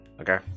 Okay